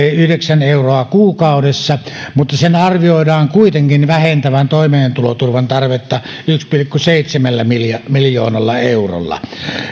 yhdeksän euroa kuukaudessa mutta sen arvioidaan kuitenkin vähentävän toimeentuloturvan tarvetta yhdellä pilkku seitsemällä miljoonalla eurolla